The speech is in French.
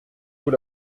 vous